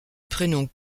prénom